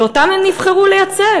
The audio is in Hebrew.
שאותו הם נבחרו לייצג.